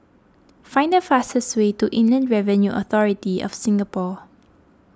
find the fastest way to Inland Revenue Authority of Singapore